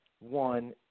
One